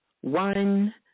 One